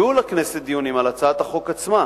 יהיו לכנסת דיונים על הצעת החוק עצמה.